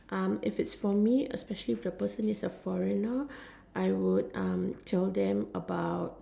um if it's for me and especially the boss is a foreigner I would tell them about